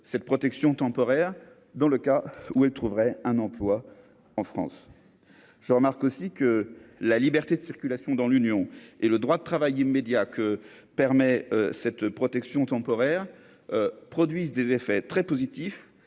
cette protection temporaire dans le cas où il trouverait un emploi en France, je remarque aussi que la liberté de circulation dans l'Union et le droit de travailler immédiat que permet cette protection temporaire, produisent des effets très positifs